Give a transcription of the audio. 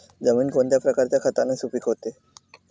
जमीन कोणत्या प्रकारच्या खताने सुपिक होते?